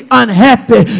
unhappy